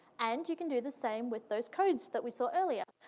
and you can do the same with those codes that we saw earlier.